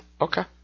Okay